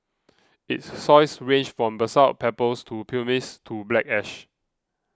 its soils range from basalt pebbles and pumice to black ash